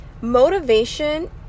Motivation